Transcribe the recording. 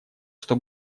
что